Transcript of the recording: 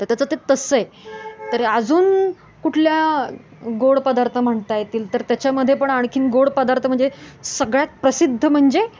तर त्याचं ते तसं आहे तर अजून कुठल्या गोड पदार्थ म्हणता येतील तर त्याच्यामधे पण आणखीन गोड पदार्थ म्हणजे सगळ्यात प्रसिद्ध म्हणजे